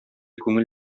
күңел